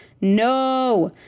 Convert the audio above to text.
No